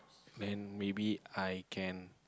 then maybe I can